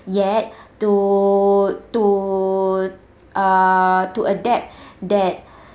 yet to to uh to adapt that